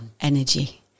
energy